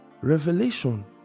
revelation